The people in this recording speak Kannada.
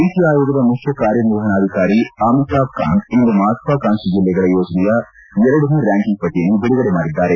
ನೀತಿ ಆಯೋಗದ ಮುಖ್ಯ ಕಾರ್ಯನಿರ್ವಹಣಾಧಿಕಾರಿ ಅಮಿತಾಬ್ ಕಾಂತ್ ಇಂದು ಮಹತ್ವಾಕಾಂಕ್ಷಿ ಜಿಲ್ಲೆಗಳ ಯೋಜನೆಯ ಎರಡನೇ ರ್ಸಾಂಕಿಂಗ್ ಪಟ್ಟಯನ್ನು ಬಿಡುಗಡೆ ಮಾಡಿದ್ದಾರೆ